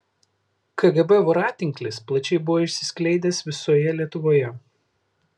kgb voratinklis plačiai buvo išsiskleidęs visoje lietuvoje